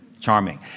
charming